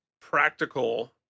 practical